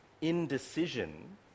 indecision